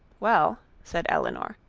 well, said elinor,